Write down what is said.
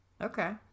Okay